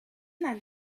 then